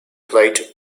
plate